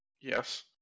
Yes